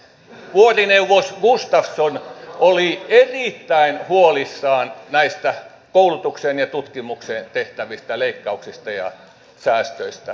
vuorineuvos gustavson oli erittäin huolissaan näistä koulutukseen ja tutkimukseen tehtävistä leikkauksista ja säästöistä